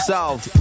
South